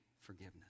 forgiveness